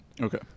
okay